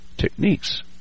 Techniques